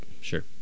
Sure